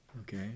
Okay